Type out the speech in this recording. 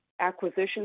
acquisition